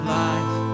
life